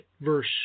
verse